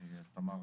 אז תמר,